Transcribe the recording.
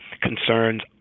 concerns